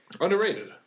underrated